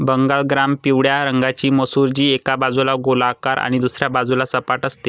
Bengal gram पिवळ्या रंगाची मसूर, जी एका बाजूला गोलाकार आणि दुसऱ्या बाजूला सपाट असते